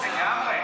לגמרי.